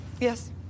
Yes